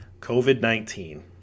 COVID-19